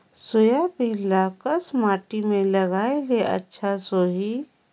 Soybean ल कस माटी मे लगाय ले अच्छा सोही?